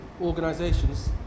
organizations